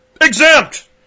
Exempt